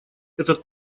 этот